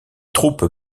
troupes